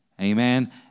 Amen